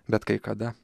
bet kai kada